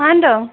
मा होनदों